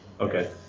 Okay